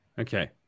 Okay